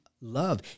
love